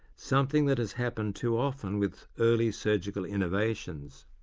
something that has happened too often with early surgical innovations.